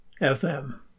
FM